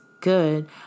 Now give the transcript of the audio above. good